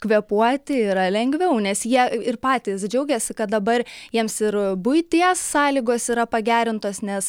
kvėpuoti yra lengviau nes jie ir patys džiaugiasi kad dabar jiems ir buities sąlygos yra pagerintos nes